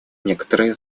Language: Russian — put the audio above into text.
некоторые